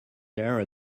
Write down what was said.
there